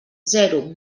zero